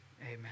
Amen